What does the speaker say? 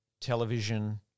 television